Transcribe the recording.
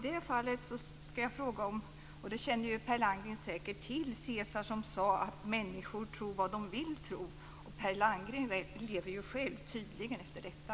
Per Landgren känner säkert till att Caesar sade att människor tror vad de vill tro. Per Landgren lever själv tydligen efter detta.